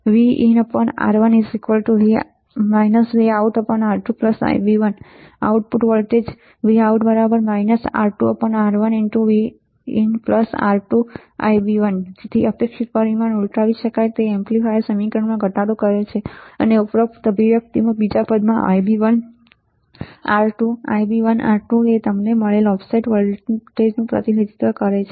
VinR1 VoutR2 Ib1 output voltage Vout R2R1Vin R2Ib1 તેથી અપેક્ષિત પરિણામ ઉલટાવી શકાય એ એમ્પ્લીફાયર સમીકરણમાં ઘટાડો કરે છે અને ઉપરોક્ત અભિવ્યક્તિમાં બીજા પદમાં Ib1 R2 Ib1 R2 એ તમને મળેલ ઑફસેટ વોલ્ટેજનું પ્રતિનિધિત્વ કરે છે